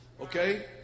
Okay